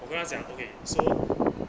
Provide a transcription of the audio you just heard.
我跟他讲 okay so